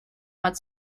mal